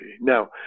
Now